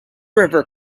river